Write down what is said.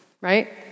right